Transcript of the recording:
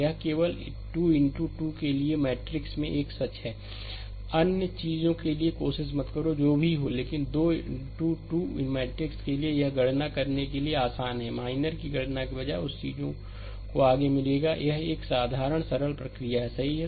यह केवल 2 इनटू 2 के लिए 2 मैट्रिक्स में एक सच है अन्य चीज़ के लिए कोशिश मत करो जो भी हो लेकिन 2 इनटू 2 मैट्रिक्स के लिए यह गणना करने के लिए आसान है माइनर की गणना के बजाय उसकी चीज़ को आगे मिलेगा यह एक साधारण सरल प्रक्रिया है सही है